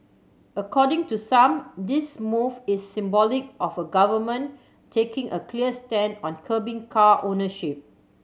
according to some this move is symbolic of a government taking a clear stand on curbing car ownership